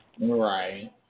Right